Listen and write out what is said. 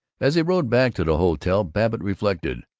as he rode back to the hotel babbitt reflected,